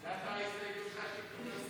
זו הייתה הסתייגות שלך שהתקבלה?